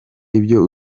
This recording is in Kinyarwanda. ibyo